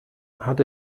hat